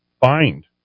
find